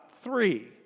three